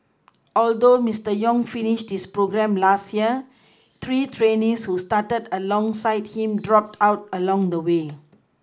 although Mister Yong finished his programme last year three trainees who started alongside him dropped out along the way